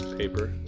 paper,